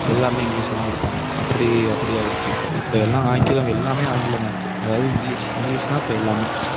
எல்லாமே இங்கிலீஷில் தான் கொடுப்பாங்க அப்படி அப்படி ஆகிடுச்சு இப்போ இப்போ எல்லாம் ஆங்கிலம் எல்லாமே ஆங்கிலமாக இருக்குது அதாவது இங்கிலீஷ் இங்கிலீஷ் தான் இப்போ எல்லாமே